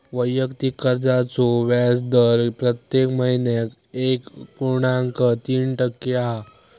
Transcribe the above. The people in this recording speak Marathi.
वैयक्तिक कर्जाचो व्याजदर प्रत्येक महिन्याक एक पुर्णांक तीन टक्के हा